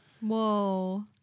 Whoa